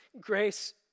Grace